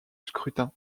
scrutin